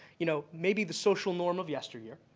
you know, maybe the social norm of yesteryear,